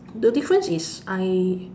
the difference is I